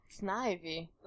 Snivy